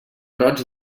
roig